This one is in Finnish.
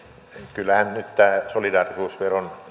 kyllähän nyt tämä solidaarisuusveron